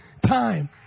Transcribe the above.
time